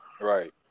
Right